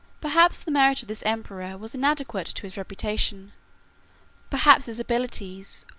perhaps the merit of this emperor was inadequate to his reputation perhaps his abilities,